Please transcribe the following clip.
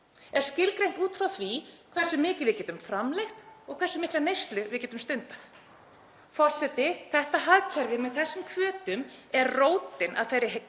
er skilgreint út frá því hversu mikið við getum framleitt og hversu mikla neyslu við getum stundað. Forseti. Þetta hagkerfi með þessum hvötum er rótin að þeirri